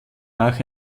nach